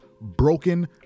broken